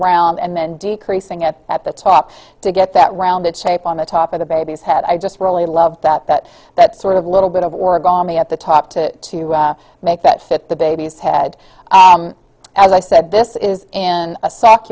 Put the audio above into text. round and decreasing it at the top to get that rounded shape on the top of the baby's head i just really love that that that sort of little bit of we're gone be at the top to to make that fit the baby's head as i said this is in a sack